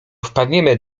wpadniemy